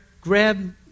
grab